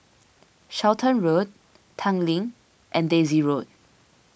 Charlton Road Tanglin and Daisy Road